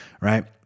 right